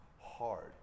hard